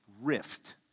rift